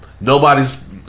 Nobody's